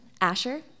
Asher